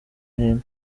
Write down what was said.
hino